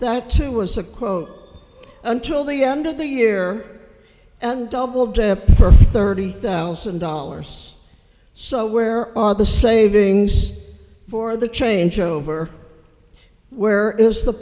that too was a quote until the end of the year and double dip for thirty thousand dollars so where are the savings for the changeover where is the